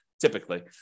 typically